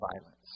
violence